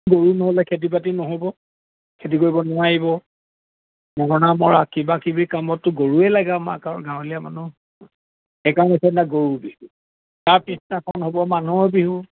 গৰু নহ'লে খেতি বাতি নহ'ব খেতি কৰিব নোৱাৰিব মৰণা মৰা কিবা কিবি কামতো গৰুৱে লাগে আমাক গাঁৱলীয়া মানুহ গৰু বিহু তাৰ হ'ব মানুহৰ বিহু